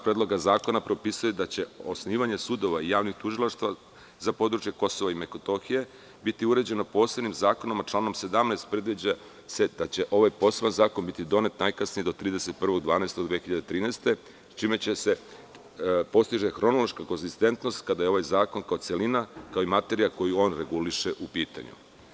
Predloga zakona propisuje da će osnivanje sudova i javnih tužilaštava za područje KiM biti uređeno posebnim zakonom, a članom 17. se predviđa da će ovaj zakon biti donet najkasnije do 31.12.2013. godine, čime se postiže hronoška konzistentnost kada je ovaj zakon kao celina, kao i materija koju on reguliše u pitanju.